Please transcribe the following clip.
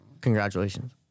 Congratulations